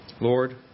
Lord